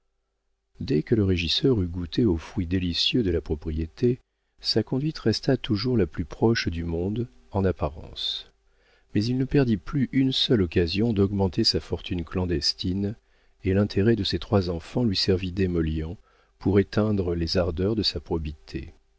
dès que le régisseur eut goûté au fruit délicieux de la propriété sa conduite resta toujours la plus probe du monde en apparence mais il ne perdit plus une seule occasion d'augmenter sa fortune clandestine et l'intérêt de ses trois enfants lui servit d'émollient pour éteindre les ardeurs de sa probité